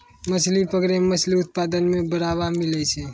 मछली पकड़ै मे मछली उत्पादन मे बड़ावा मिलै छै